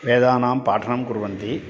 वेदानां पाठनं कुर्वन्ति